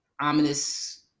ominous